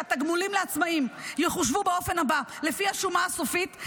שהתגמולים לעצמאים יחושבו באופן הבא: לפי השומה הסופית.